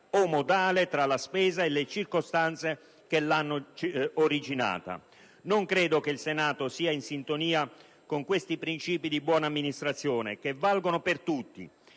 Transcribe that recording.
o modale tra la spesa e le circostanze che l'hanno originata. Non credo che il Senato sia in sintonia con questi princìpi di buona amministrazione che valgono per tutti.